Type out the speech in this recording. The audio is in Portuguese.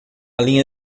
linha